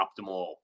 optimal